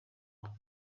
ubaho